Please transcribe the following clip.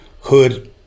hood